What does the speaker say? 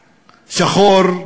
שחור,